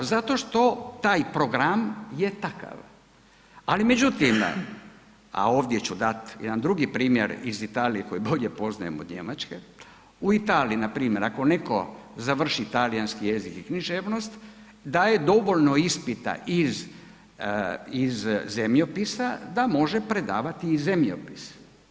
Zato što taj program je takav, ali međutim, a ovdje ću dat jedan drugi primjer iz Italije koji bolje poznajem od Njemačke, u Italiji npr. ako netko završi talijanski jezik i književnost daje dovoljno ispita iz zemljopisa da može predavati i zemljopis.